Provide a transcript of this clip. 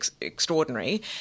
extraordinary